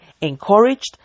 encouraged